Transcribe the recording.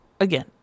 again